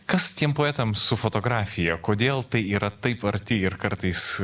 kas tiem poetams su fotografija kodėl tai yra taip arti ir kartais